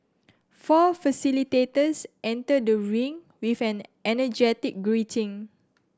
four facilitators enter the ring with an energetic greeting